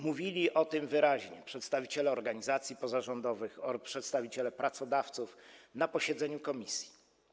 Mówili o tym wyraźnie przedstawiciele organizacji pozarządowych, przedstawiciele pracodawców na posiedzeniu komisji.